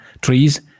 trees